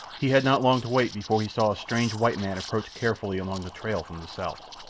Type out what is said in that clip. he had not long to wait before he saw a strange white man approach carefully along the trail from the south.